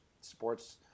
sports